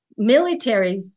militaries